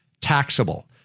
taxable